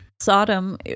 Sodom